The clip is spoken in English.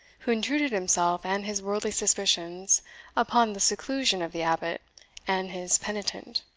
who intruded himself and his worldly suspicions upon the seclusion of the abbot and his penitent